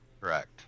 Correct